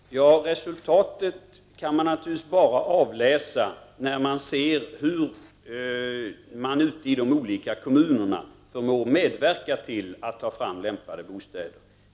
Herr talman! Resultatet kan naturligtvis bara avläsas när man ser hur de olika kommunerna förmår medverka till att ta fram lämpliga bostäder.